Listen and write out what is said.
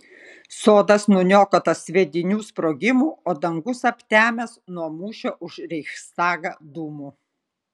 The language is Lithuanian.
sodas nuniokotas sviedinių sprogimų o dangus aptemęs nuo mūšio už reichstagą dūmų